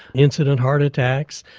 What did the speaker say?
incident heart attacks.